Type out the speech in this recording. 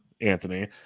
Anthony